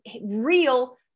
real